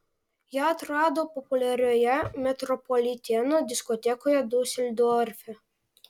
ją atrado populiarioje metropoliteno diskotekoje diuseldorfe